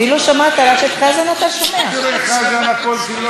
התעורר שהבית היהודי כופה ומחייב אותנו